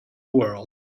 world